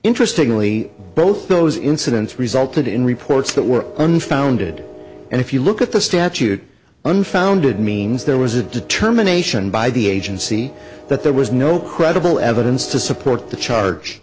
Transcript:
interestingly both those incidents resulted in reports that were unfounded and if you look at the statute unfounded means there was a determination by the agency that there was no credible evidence to support the charge